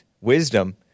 wisdom